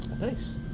Nice